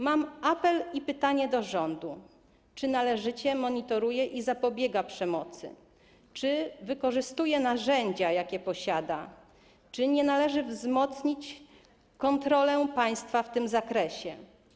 Mam apel i pytanie do rządu: Czy należycie monitoruje i zapobiega on przemocy, czy wykorzystuje narzędzia, jakie posiada, czy nie należy wzmocnić kontroli państwa w tym zakresie?